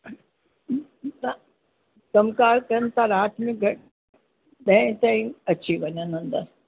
न कम कारि कन था राति में ॾहें ताईं अची वञनि अंदरि